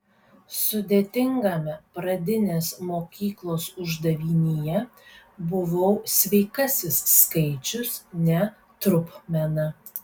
sudėtingame pradinės mokyklos uždavinyje buvau sveikasis skaičius ne trupmena